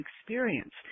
experience